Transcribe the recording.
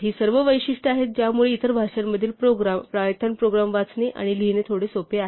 ही सर्व वैशिष्ट्ये आहेत ज्यामुळे इतर भाषांमधील प्रोग्राम पायथन प्रोग्राम वाचणे आणि लिहिणे थोडे सोपे होते